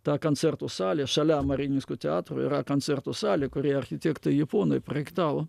tą kancertų salę šalia mariinskio teatro yra kancertų salė kurią architektai japonai projektavo